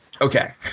Okay